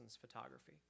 photography